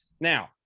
Now